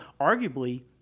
arguably